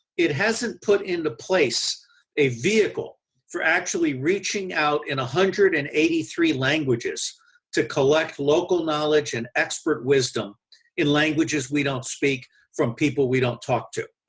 it hasn't put into place a vehicle for actually reaching out in one hundred and eighty three languages to collect local knowledge and expert wisdom in languages we don't speak from people we don't talk to.